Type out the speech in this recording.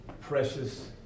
Precious